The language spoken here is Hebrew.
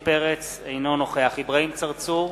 אינו נוכח אברהים צרצור,